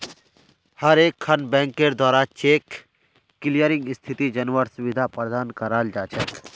हर एकखन बैंकेर द्वारा चेक क्लियरिंग स्थिति जनवार सुविधा प्रदान कराल जा छेक